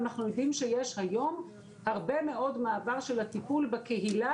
אנחנו יודעים שיש היום הרבה מאוד מעבר לטיפול בקהילה